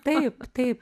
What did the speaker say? taip taip